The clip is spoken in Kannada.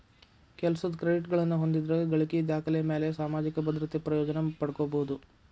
ಕೆಲಸದ್ ಕ್ರೆಡಿಟ್ಗಳನ್ನ ಹೊಂದಿದ್ರ ಗಳಿಕಿ ದಾಖಲೆಮ್ಯಾಲೆ ಸಾಮಾಜಿಕ ಭದ್ರತೆ ಪ್ರಯೋಜನ ಪಡ್ಕೋಬೋದು